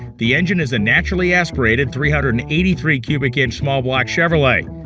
the engine is a naturally aspirated, three hundred and eighty three cubic inch small block chevrolet.